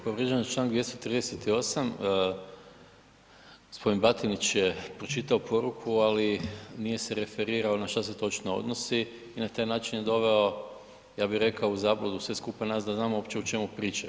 Povrijeđen je čl. 238., gospodin Batinić je pročitao poruku, ali nije se referirao na šta se točno odnosi i na taj način je doveo ja bih rekao u zabludu sve skupa nas da znamo uopće o čemu pričaju.